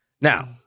now